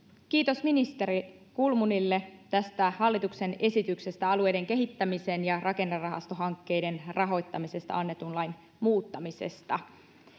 kiitos ministeri kulmunille tästä hallituksen esityksestä alueiden kehittämisen ja rakennerahastohankkeiden rahoittamisesta annetun lain muuttamisesta